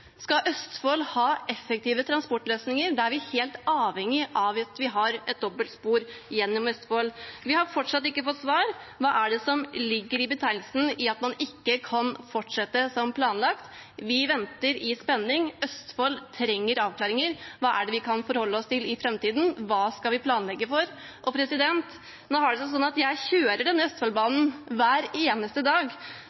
skal Østfold ha effektive transportløsninger, er vi helt avhengige av å ha et dobbeltspor gjennom Østfold. Vi har fortsatt ikke fått svar. Hva ligger i det at man ikke kan fortsette som planlagt? Vi venter i spenning. Østfold trenger avklaringer. Hva kan vi forholde oss til i framtiden? Hva skal vi planlegge for? Nå har det seg sånn at jeg kjører